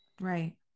Right